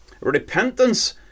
Repentance